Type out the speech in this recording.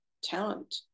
talent